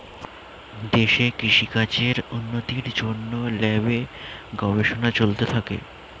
দেশে কৃষি কাজের উন্নতির জন্যে ল্যাবে গবেষণা চলতে থাকে